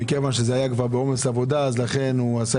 מכיוון שהוא היה בעומס עבודה,